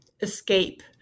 escape